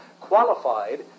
qualified